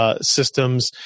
Systems